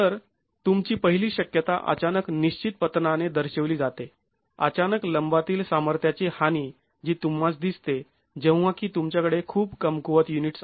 तर तुमची पहिली शक्यता अचानक निश्चित पतनाने दर्शवली जाते अचानक लंबातील सामर्थ्याची हानी जी तुंम्हास दिसते जेव्हा की तुमच्याकडे खूप कमकुवत युनिट्स आहेत